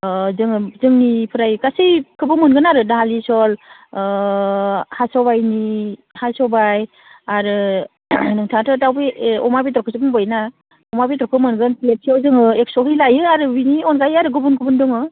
जोङो जोंनिफ्राय गासैखौबो मोनगोन आरो दालि जहल हा सबाइनि हा सबाइ आरो नोंथाङाथ' दाउ बे अमा बेदरखौसो बुंबायना अमा बेदरखौ मोनगोन प्लेटसेयाव जोङो एकस'है लायो आरो बिनि अनगायै आरो गुबुन गुबुन दङ